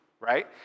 right